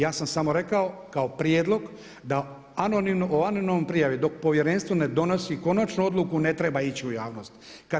Ja sam samo rekao kao prijedlog da o anonimnoj prijavi dok povjerenstvo ne donese konačnu odluku ne treba ići u javnost.